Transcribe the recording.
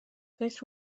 فکر